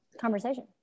conversation